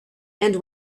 and